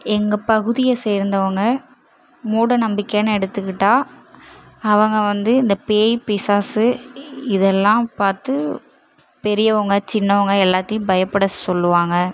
எங்கள் பகுதியை சேர்ந்தவங்க மூடநம்பிக்கைனு எடுத்துகிட்டா அவங்க வந்து இந்த பேய் பிசாசு இதெல்லாம் பார்த்து பெரியவங்க சின்னவங்க எல்லாத்தையும் பயப்பட சொல்லுவாங்க